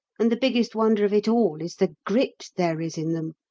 and the biggest wonder of it all is the grit there is in them,